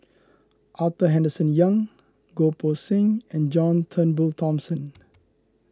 Arthur Henderson Young Goh Poh Seng and John Turnbull Thomson